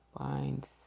find